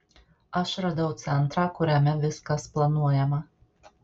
aš radau centrą kuriame viskas planuojama